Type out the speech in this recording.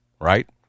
right